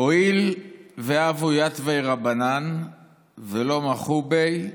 "הואיל והוו יתבי רבנן ולא מחו ביה,